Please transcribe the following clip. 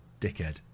dickhead